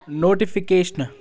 نوٹِفِکیشنہٕ